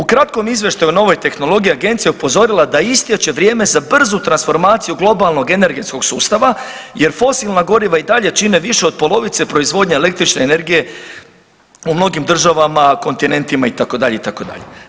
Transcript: U kratkom izvještaju nove tehnologije agencija je upozorila da istječe vrijeme za brzu transformaciju globalnog energetskog sustava jer fosilna goriva i dalje čine više od polovice proizvodnje električne energije u mnogim državama, kontinentima itd., itd.